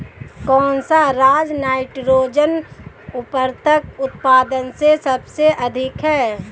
कौन सा राज नाइट्रोजन उर्वरक उत्पादन में सबसे अधिक है?